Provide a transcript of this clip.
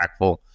impactful